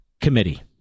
committee